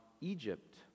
Egypt